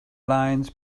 lines